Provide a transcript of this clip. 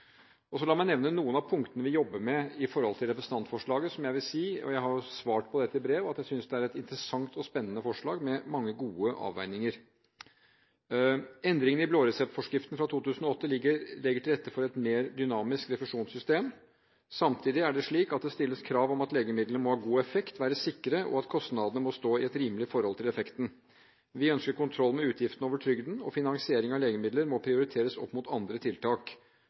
meg så nevne noen av punktene vi jobber med i forbindelse med representantforslaget, som jeg vil si – og jeg har svart på dette i brev – er et interessant og spennende forslag med mange gode avveininger. Endringen i blåreseptforskriften fra 2008 legger til rette for et mer dynamisk refusjonssystem. Samtidig er det slik at det stilles krav om at legemidlene må ha god effekt og være sikre, og at kostnadene må stå i et rimelig forhold til effekten. Vi ønsker kontroll med utgiftene over trygden, og finansiering av legemidler må prioriteres opp mot andre tiltak.